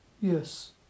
Yes